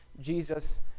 Jesus